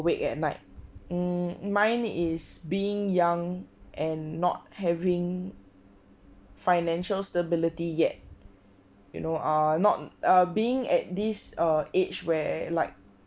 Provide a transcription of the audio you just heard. wake at night mm mine is being young and not having financial stability yet you know err not err being at this err age where like